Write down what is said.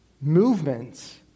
movements